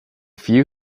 few